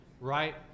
right